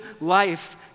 life